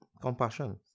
compassion